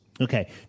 Okay